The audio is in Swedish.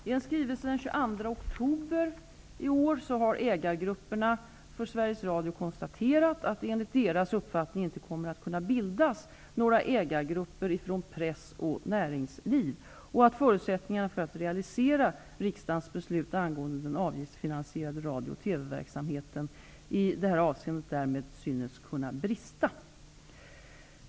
I en skrivelse den 22 oktober 1992 har ägargrupperna för Sveriges Radio konstaterat att det enligt deras uppfattning inte kommer att kunna bildas några ägargrupper från press och näringsliv och att förutsättningarna för att realisera riksdagens beslut angående den avgiftsfinansierade radio och TV-verksamheten 1993--1996 m.m. i detta avseende därmed synes kunna brista.